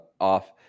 off